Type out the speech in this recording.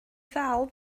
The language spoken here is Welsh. ddal